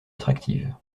attractive